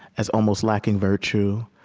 as almost lacking virtue